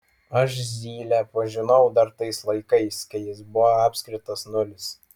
aš zylę pažinojau dar tais laikais kai jis buvo apskritas nulis